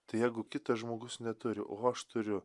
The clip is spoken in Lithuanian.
tai jeigu kitas žmogus neturi o aš turiu